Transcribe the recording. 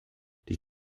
die